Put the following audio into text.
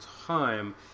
time